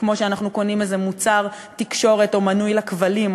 כמו כשאנחנו קונים איזה מוצר תקשורת או מינוי לכבלים,